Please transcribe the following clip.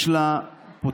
יש לה פוטנציאל